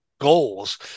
goals